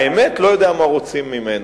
האמת, לא יודע מה רוצים ממנו.